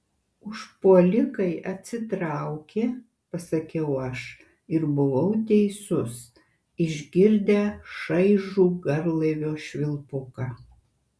užpuolikai atsitraukė pasakiau aš ir buvau teisus išgirdę šaižų garlaivio švilpuką